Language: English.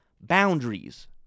boundaries